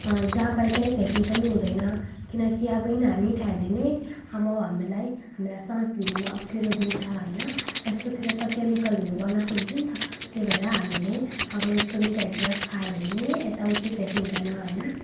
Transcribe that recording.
जहाँ पायो त्यहीँ फ्याँक्नु पनि हुँदैन किनकि अब यिनीहरू मिठाईहरूले नै अब हामीहरूलाई हामीलाई सास लिनुमा अप्ठेरो दिन्छ होइन यस्तोतिर त केमिकलहरू बनाएको हुन्छ नि त त्यही भएर हामीहरूले अब यस्तो मिठाईहरूतिर खायो भने पनि यताउति फ्याँक्नुहुँदैन होइन